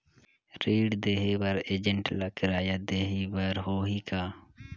ऋण देहे बर एजेंट ला किराया देही बर होही का?